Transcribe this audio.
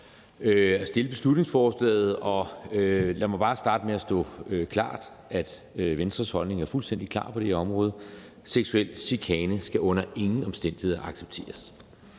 fremsætte beslutningsforslaget. Lad mig bare starte med at gøre klart, at Venstres holdning er fuldstændig klar på det her område: Seksuel chikane skal under ingen omstændigheder accepteres.